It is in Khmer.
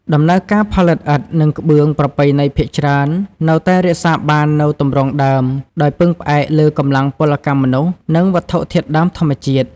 ដំណើរការផលិតឥដ្ឋ និងក្បឿងប្រពៃណីភាគច្រើននៅតែរក្សាបាននូវទម្រង់ដើម ដោយពឹងផ្អែកលើកម្លាំងពលកម្មមនុស្ស និងវត្ថុធាតុដើមធម្មជាតិ។